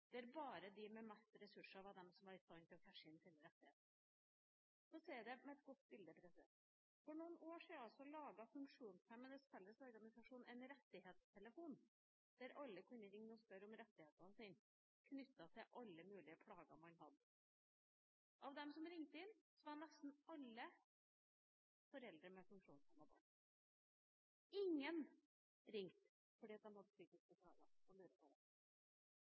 bare de med mest ressurser, er i stand til å cashe inn sine rettigheter. For å si det med et godt bilde: For noen år siden lagde Funksjonshemmedes Fellesorganisasjon en rettighetstelefon der alle kunne ringe inn og spørre om sine rettigheter knyttet til alle mulige plager man hadde. Av dem som ringte inn, var nesten alle foreldre med funksjonshemmede barn. Ingen som hadde psykiske plager, ringte og lurte på